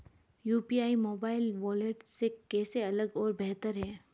UPI mobile wallet से कैसे अलग और बेहतर है?